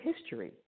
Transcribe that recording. history